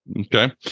okay